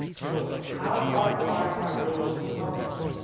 so how far apart are those concepts?